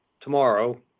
tomorrow